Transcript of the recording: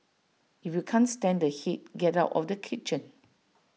if you can't stand the heat get out of the kitchen